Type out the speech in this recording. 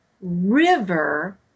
river